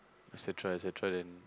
et-cetera et-cetera then